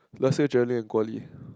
last year Jerylin and Guo-Li